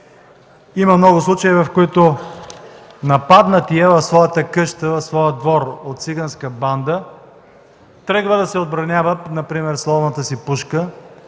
Има много случаи, в които нападнатият в своята къща, в своя двор от циганска банда тръгва да се отбранява, например с ловната си пушка